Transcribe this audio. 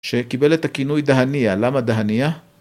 שקיבל את הכינוי דהניה, למה דהניה?